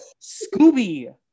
Scooby